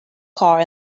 car